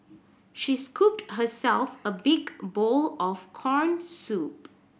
she scooped herself a big bowl of corn soup